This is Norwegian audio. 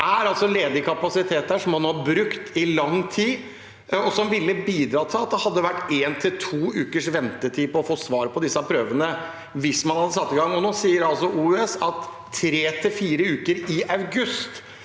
ledig kapasitet, som man har brukt i lang tid, og som ville bidratt til at det ville vært en til to ukers ventetid på å få svar på disse prøvene hvis man hadde satt i gang. Nå sier OUS, Oslo universitetssykehus,